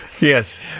yes